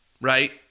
right